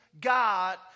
God